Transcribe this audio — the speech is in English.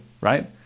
right